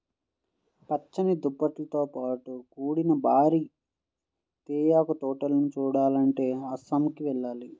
పచ్చని దుప్పట్లతో కూడిన భారీ తేయాకు తోటలను చూడాలంటే అస్సాంకి వెళ్ళాలి